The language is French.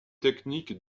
techniques